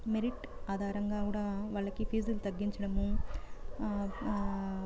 merit ఆధారంగా కూడా వాళ్ళకి ఫీజులు తగ్గించడం